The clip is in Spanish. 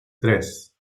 tres